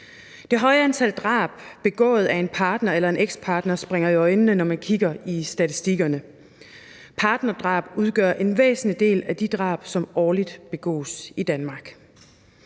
Det høje antal drab begået af en partner eller en ekspartner springer i øjnene, når man kigger i statistikkerne. Partnerdrab udgør en væsentlig del af de drab, som årligt begås i Danmark.